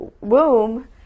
womb